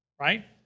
right